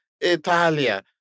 Italia